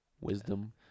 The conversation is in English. wisdom